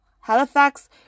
Halifax